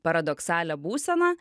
paradoksalią būseną